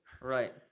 right